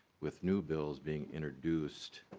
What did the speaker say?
with new bills being introduced.